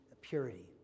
purity